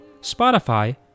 Spotify